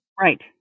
Right